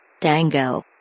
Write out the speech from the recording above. Dango